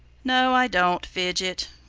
no i don't, fidget.